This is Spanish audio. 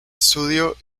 estudio